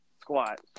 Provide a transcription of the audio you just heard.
squat